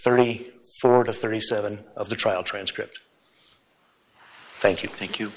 to thirty seven of the trial transcript thank you thank you